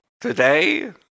today